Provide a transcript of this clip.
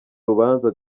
rubanza